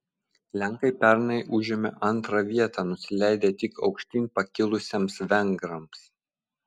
lenkai pernai užėmė antrą vietą nusileidę tik aukštyn pakilusiems vengrams